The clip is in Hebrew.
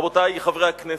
רבותי חברי הכנסת,